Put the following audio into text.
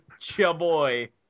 Chaboy